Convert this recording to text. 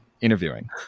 interviewing